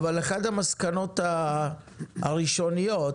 המסקנות הראשוניות